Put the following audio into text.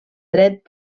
dret